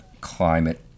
climate